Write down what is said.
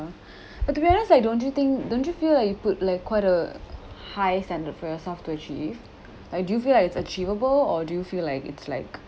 but to be honest like don't you think don't you feel like you put like quite a high standard for yourself to achieve like do you feel like it's achievable or do you feel like it's like